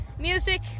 music